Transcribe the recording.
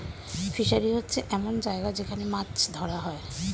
fishery হচ্ছে এমন জায়গা যেখান মাছ ধরা হয়